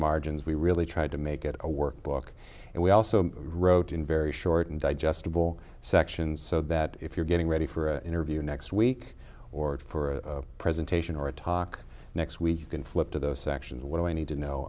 margins we really tried to make it a workbook and we also wrote in very short and digestible sections so that if you're getting ready for an interview next week or for a presentation or a talk next week and flip to those sections what do you need to know